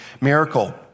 miracle